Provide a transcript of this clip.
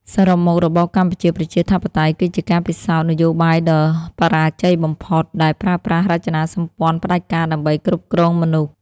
សរុបមក របបកម្ពុជាប្រជាធិបតេយ្យគឺជាការពិសោធន៍នយោបាយដ៏បរាជ័យបំផុត ដែលប្រើប្រាស់រចនាសម្ព័ន្ធផ្ដាច់ការដើម្បីគ្រប់គ្រងមនុស្ស។